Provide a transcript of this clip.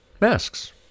Masks